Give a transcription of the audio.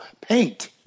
paint